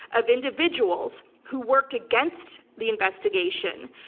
of individuals who worked against the investigation.